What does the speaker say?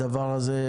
הדבר הזה,